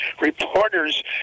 Reporters